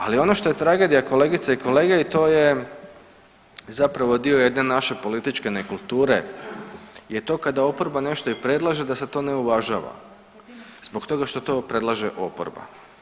Ali ono što je tragedija, kolegice i kolege, i to je zapravo dio jedne naše političke nekulture je to kada oporba nešto i predlaže, da se to ne uvažava zbog toga što to predlaže oporba.